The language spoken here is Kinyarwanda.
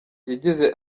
yagize